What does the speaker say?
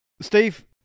Steve